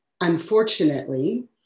unfortunately